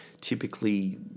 Typically